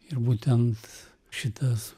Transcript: ir būtent šitas